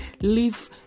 leave